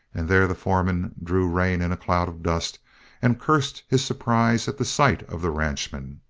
and there the foreman drew rein in a cloud of dust and cursed his surprise at the sight of the ranchman.